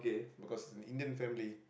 because in Indian family